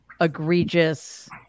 egregious